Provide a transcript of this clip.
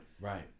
right